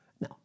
No